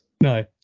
No